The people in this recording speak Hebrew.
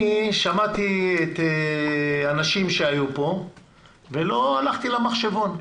אני שמעתי את הנשים שהיו פה ולא הלכתי למחשבון,